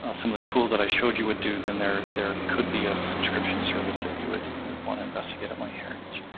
ah some of the tools that i've showed you would do, then there there could be a subscription service that you would would want to investigate at myheritage.